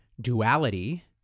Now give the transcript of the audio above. duality